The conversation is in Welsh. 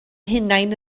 hunain